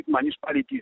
municipalities